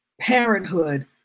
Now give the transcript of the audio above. parenthood